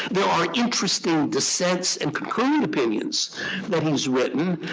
there are interesting dissents and concurring opinions that he's written.